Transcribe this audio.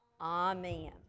Amen